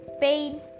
Pain